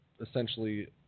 essentially